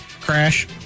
crash